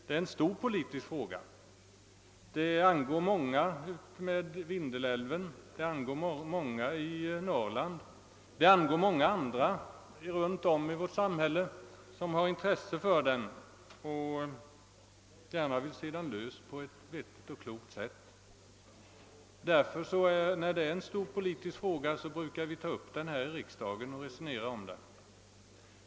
Den angår många människor utmed Vindelälven, i Norrland och runt om i landet, som har intresse för den och gärna vill se den löst på ett vettigt och klokt sätt. När det som nu gäller en stor politisk fråga brukar den tas upp till behandling i riksdagen.